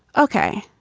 ok.